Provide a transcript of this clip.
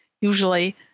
usually